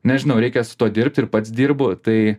nežinau reikia su tuo dirbt ir pats dirbu tai